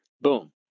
Boom